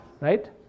right